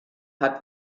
hat